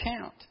count